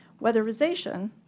Weatherization